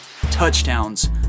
touchdowns